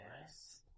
Yes